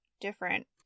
different